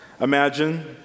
imagine